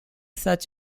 such